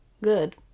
good